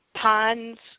Pond's